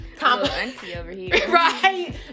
Right